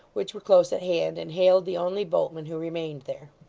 which were close at hand, and hailed the only boatman who remained there.